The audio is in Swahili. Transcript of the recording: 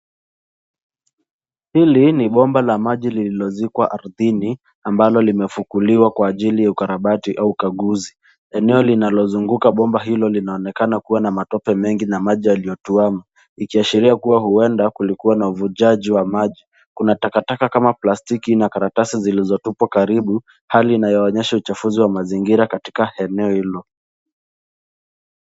Hili ni bomba la maji lililozikwa ardhini ambalo limefukuliwa kwa ajili ya ukarabati au ukaguzi. Eneo linalozuguka bomba hilo linaonekana kuwa na matope mengi na maji yaliyotuama ikiashiria kuwa ueda kulikua na uvunjaji wa maji. Kuna takataka kama plastiki na karatasi zilizotupwa karibu hali inayoonyesha uchafuzi wa mazingira katika eneo hilo.